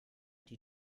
die